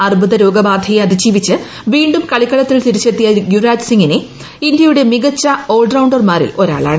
അർബുദ രോഗ ബാധയെ അതിജീവിച്ച് വീണ്ടും കളിക്കളത്തിൽ തിരിച്ചെത്തിയ യുവ്രാജ് സിംഗ് ഇന്ത്യയുടെ ഏറ്റവും മികച്ച ഓൾ റൌണ്ടർമാരിലൊരാളാണ്